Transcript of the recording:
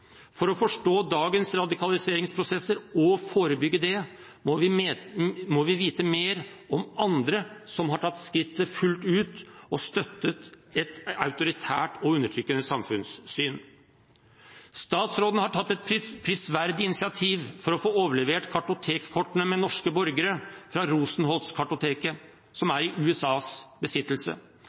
For å forstå dagens radikaliseringsprosesser og forebygge det må vi vite mer om andre som har tatt skrittet fullt ut og støttet et autoritært og undertrykkende samfunnssyn. Statsråden har tatt et prisverdig initiativ for å få overlevert kartotekkortene med norske borgere fra Rosenholz-kartoteket, som er i USAs besittelse.